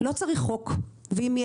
פינוי מהבית ואין לו קורת גג אחרת כי הוא